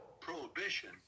Prohibition